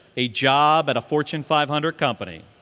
a job at a fortune five hundred company,